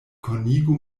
konigu